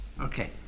Okay